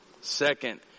Second